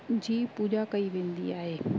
जी पूॼा कई वेंदी आहे